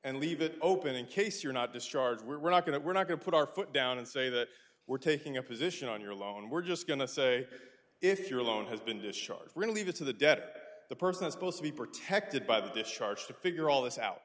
and leave it open in case you're not discharged we're not going to we're not going to put our foot down and say that we're taking a position on your loan we're just going to say if your loan has been discharged relieve us of the debt the person is supposed to be protected by the discharge to figure all this out